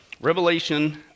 Revelation